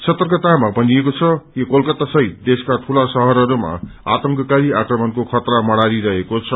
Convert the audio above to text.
सतर्कतामा भनिएको छ कि कलकता सहित देशका ठूला शहरहरूमा आतंकी आक्रमणको खतरा मड़ारिरहेको छ